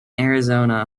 arizona